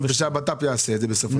המשרד לביטחון פנים יעשה.